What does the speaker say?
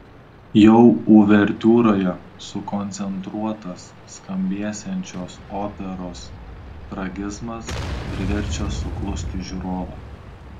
jau uvertiūroje sukoncentruotas skambėsiančios operos tragizmas priverčia suklusti žiūrovą